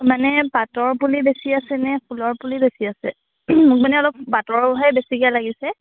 মানে পাতৰ পুলি বেছি আছে নে ফুলৰ পুলি বেছি আছে মোক মানে পাতৰহে বেছিকৈ লাগিছে